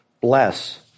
bless